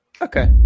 Okay